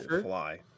fly